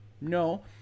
No